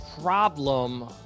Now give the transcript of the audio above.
Problem